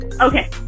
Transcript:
Okay